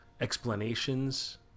explanations